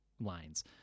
lines